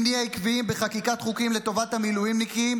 אם נהיה עקביים בחקיקת חוקים לטובת המילואימניקים,